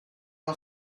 del